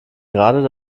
gerade